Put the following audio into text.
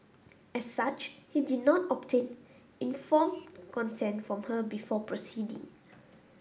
as such he did not obtain informed consent from her before proceeding